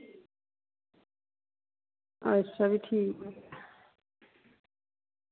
अच्छा जी ठीक ऐ